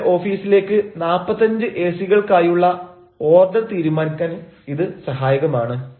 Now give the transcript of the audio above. ഞങ്ങളുടെ ഓഫീസിലേക്ക് 45 എസികൾക്കായുള്ള ഓർഡർ തീരുമാനിക്കാൻ ഇത് സഹായകമാണ്